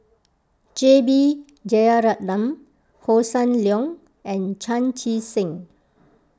J B Jeyaretnam Hossan Leong and Chan Chee Seng